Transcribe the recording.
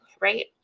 right